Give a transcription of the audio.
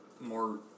more